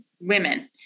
women